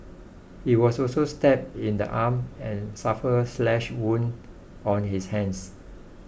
he was also stabbed in the arm and suffered slash wounds on his hands